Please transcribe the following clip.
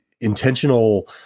intentional